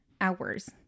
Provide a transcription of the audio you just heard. Hours